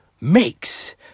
makes